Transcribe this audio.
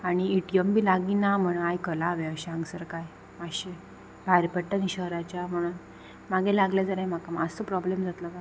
आनी एटीएम बी लागीं ना म्हणोन आयकलां हांवें अशें हांगसर कांय मातशें भायर पडटा न्ही शहराच्या म्हणोन मागीर लागले जाल्यार म्हाका मातसो प्रोब्लेम जातलो काका म्हणोन